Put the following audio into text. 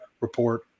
Report